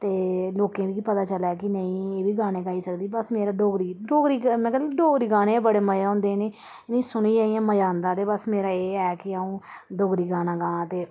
ते लोकें गी बी पता चलै कि नेईं एह्बी गाने गाई सकदी बस मेरा डोगरी डोगरी मतलब डोगरी डोगरी गाने गै बड़ा मजे होंदे न इ'नें ई सुनियै इ'यां मजा आंदा ते बस मेरा एह् ऐ की अ'ऊं डोगरी गाना गांऽ ते